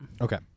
okay